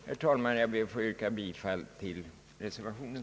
Herr talman, jag ber att få yrka bifall till reservationen.